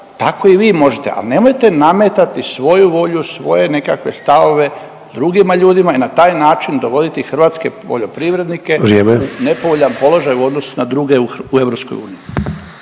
tako i vi možete, al nemojte nametati svoju volju, svoje nekakve stavove drugima ljudima i na taj način dovoditi hrvatske poljoprivrednike u nepovoljan …/Upadica Sanader: